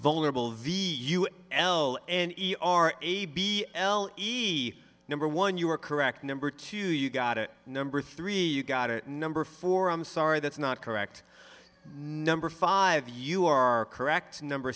vulnerable v u s l n e r a b l e number one you are correct number two you got it number three you got it number four i'm sorry that's not correct number five you are correct number